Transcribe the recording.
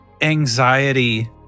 anxiety